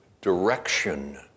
direction